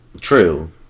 True